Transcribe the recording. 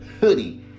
hoodie